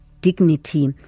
dignity